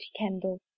Kendall